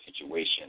situation